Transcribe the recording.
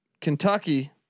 Kentucky